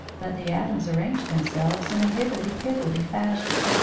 but the atoms arrange themselves in a higgledy-piggledy fashion,